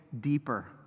deeper